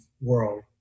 world